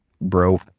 Bro